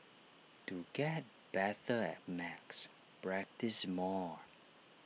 to get better at maths practise more